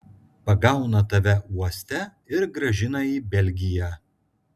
pagauna tave uoste ir grąžina į belgiją